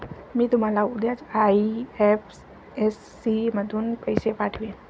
मी तुम्हाला उद्याच आई.एफ.एस.सी मधून पैसे पाठवीन